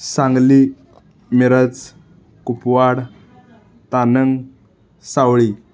Sangli Miraj Kupwad Tanang Savali